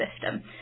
system